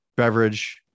beverage